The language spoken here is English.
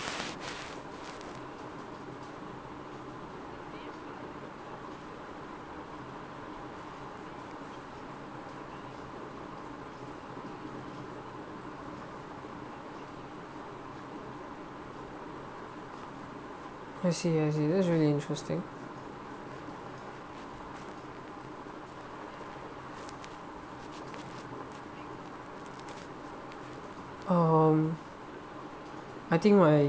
I see I see that's really interesting um I think my